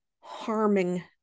harming